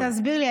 תסביר לי,